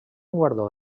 guardó